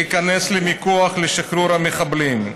להיכנס למיקוח לשחרור המחבלים.